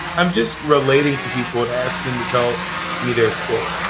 i'm just relating to people and ask them to tell me their story.